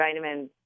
vitamins